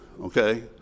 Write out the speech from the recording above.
Okay